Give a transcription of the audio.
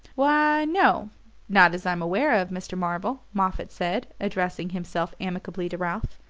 why, no not as i'm aware of, mr. marvell, moffatt said, addressing himself amicably to ralph.